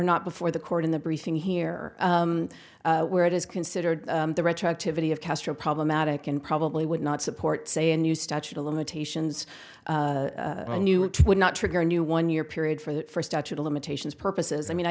not before the court in the briefing here where it is considered the retroactivity of castro problematic and probably would not support say a new statute of limitations i knew it would not trigger a new one year period for that for statute of limitations purposes i mean i